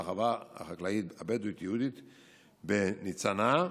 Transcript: והחווה החקלאית הבדואית-יהודית בניצנה,